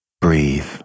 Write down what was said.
breathe